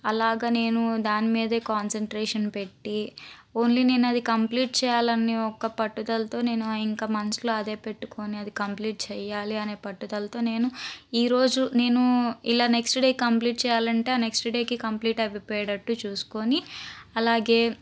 అలాగ నేను దాని మీదే కాన్సన్ట్రేషన్ పెట్టి ఓన్లీ నేను అది కంప్లీట్ చేయాలని ఒక పట్టుదలతో నేను ఇంక మంత్స్లో అదే పెట్టుకొని అది కంప్లీట్ చేయాలి అని పట్టుదలతో నేను ఈరోజు నేను ఇలా నెక్స్ట్ డే కంప్లీట్ చేయాలంటే నెక్స్ట్ డేకి కంప్లీట్ అయిపోయేటట్టు చూసుకొని అలాగే